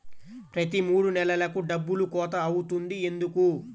ప్రతి మూడు నెలలకు డబ్బులు కోత అవుతుంది ఎందుకు?